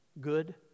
good